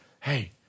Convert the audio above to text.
hey